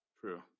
True